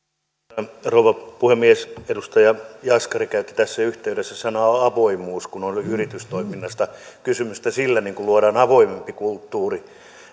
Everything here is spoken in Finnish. arvoisa rouva puhemies edustaja jaskari käytti tässä yhteydessä sanaa avoimuus kun on yritystoiminnasta kysymys että sillä luodaan avoimempi kulttuuri no se